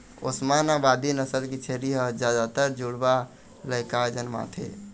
ओस्मानाबादी नसल के छेरी ह जादातर जुड़वा लइका जनमाथे